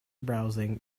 browsing